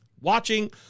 watching